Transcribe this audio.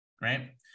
right